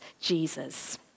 Jesus